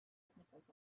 sniffles